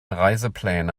reisepläne